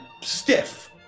stiff